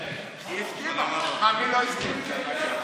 חברי וחברות הכנסת,